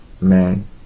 man